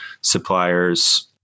suppliers